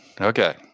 Okay